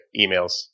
emails